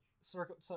Circle